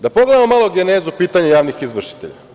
Da pogledamo malo genezu pitanja javnih izvršitelja.